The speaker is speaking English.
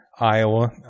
iowa